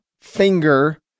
finger